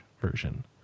version